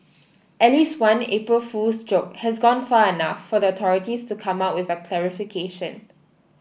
at least one April Fool's joke has gone far enough for the authorities to come out with a clarification